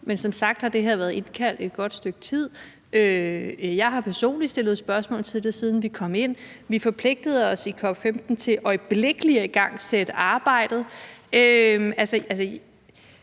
Men som sagt har der været indkaldt til det her et godt stykke tid. Jeg har personligt stillet spørgsmål til det, siden vi kom ind. Vi forpligtede os i COP15 til øjeblikkelig at igangsætte arbejdet.